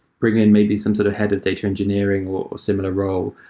bring in maybe some sort of head of data engineering or similar role,